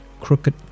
crooked